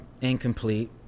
incomplete